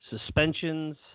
suspensions